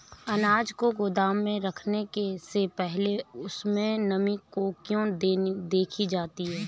अनाज को गोदाम में रखने से पहले उसमें नमी को क्यो देखी जाती है?